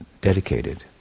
dedicated